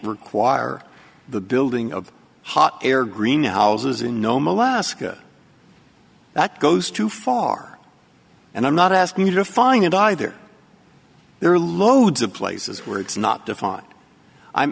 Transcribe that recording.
require the building of hot air greenhouses in nome alaska that goes too far and i'm not asking you to find it either there are loads of places where it's not defined i'm